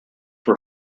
were